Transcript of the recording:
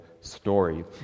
story